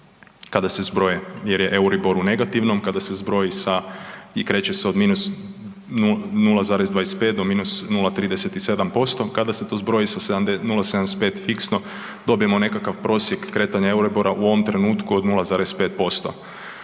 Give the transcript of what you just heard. kada se zbroje jer je Euribor u negativnom, kada se zbroji sa i kreće se od -0,25 do -0,37%. Kada se to zbori sa 0,75 fiksno, dobijemo nekakav prosjek kretanja Euribora u ovom trenutku od 0,5%.